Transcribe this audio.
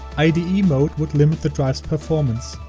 ide mode would limit the drives performance.